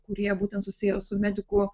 kurie būtent susiję su medikų